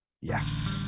yes